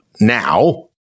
now